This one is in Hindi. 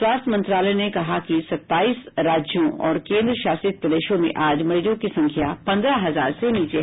स्वास्थ्य मंत्रालय ने कहा है कि सताईस राज्यों और केंद्र शासित प्रदेशों में आज मरीजों की संख्या पन्द्रह हजार से नीचे है